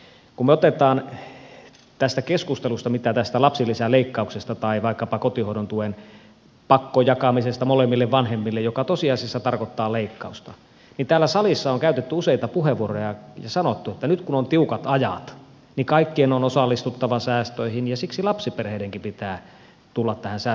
kun me otamme tästä keskustelusta sen mitä on sanottu tästä lapsilisäleikkauksesta tai vaikkapa kotihoidon tuen pakkojakamisesta molemmille vanhemmille mikä tosiasiassa tarkoittaa leikkausta niin täällä salissa on käytetty useita puheenvuoroja ja sanottu että nyt kun on tiukat ajat niin kaikkien on osallistuttava säästöihin ja siksi lapsiperheidenkin pitää tulla näihin säästötalkoisiin mukaan